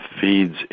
feeds